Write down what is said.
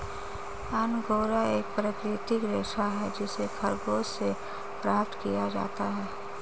angora एक प्राकृतिक रेशा है जिसे खरगोश से प्राप्त किया जाता है